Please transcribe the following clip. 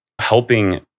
helping